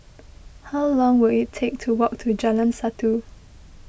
how long will it take to walk to Jalan Satu